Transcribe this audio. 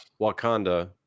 Wakanda